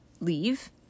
leave